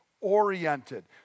oriented